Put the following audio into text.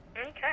Okay